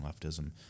leftism